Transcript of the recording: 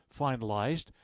finalized